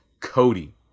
Cody